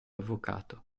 avvocato